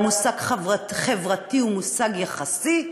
המושג "חברתי" הוא מושג יחסי,